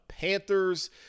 Panthers